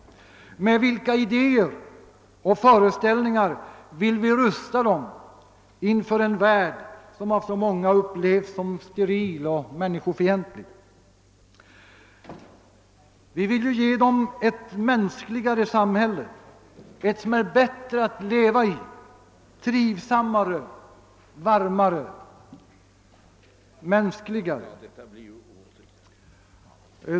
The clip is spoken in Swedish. Med vilka idéer och föreställningar vill vi rusta dem inför en värld som av så många upplevs som steril och människofientlig? Vi vill ju ge dem ett mänskligare samhälle, ett som är bättre att leva i, trivsammare och varmare.